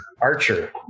Archer